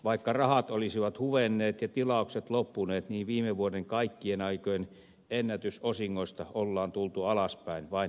vaikka rahat olisivat huvenneet ja tilaukset loppuneet niin viime vuoden kaikkien aikojen ennätysosingoista on tultu alaspäin vain hitusen